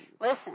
Listen